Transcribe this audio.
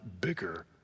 bigger